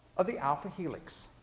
of the alpha helix.